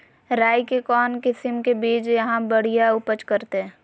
राई के कौन किसिम के बिज यहा बड़िया उपज करते?